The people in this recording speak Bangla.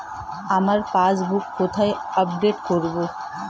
আমার পাসবুক কোথায় আপডেট করব?